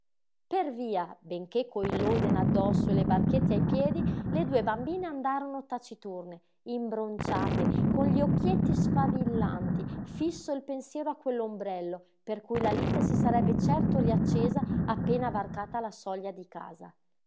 per via benché coi loden addosso e le barchette ai piedi le due bambine andarono taciturne imbronciate con gli occhietti sfavillanti fisso il pensiero a quell'ombrello per cui la lite si sarebbe certo riaccesa appena varcata la soglia di casa